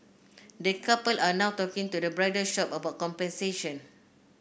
the couple are now talking to the bridal shop about compensation